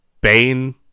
Bane